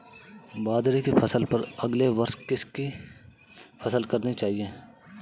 बाजरे की फसल पर अगले वर्ष किसकी फसल करनी चाहिए?